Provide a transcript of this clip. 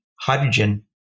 hydrogen